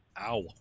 Ow